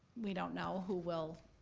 we don't know who will,